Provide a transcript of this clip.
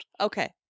Okay